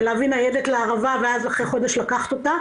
להביא ניידת לערבה ואז אחרי חודש לקחת אותה